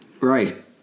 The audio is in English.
right